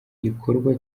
gikorwa